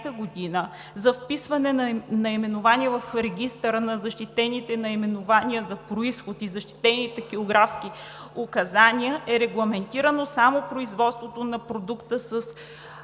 г. за вписване на наименование в Регистъра на защитените наименования за произход и защитените географски указания е регламентирано само производство на продукта